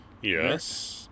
Yes